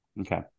Okay